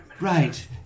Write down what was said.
Right